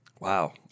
Wow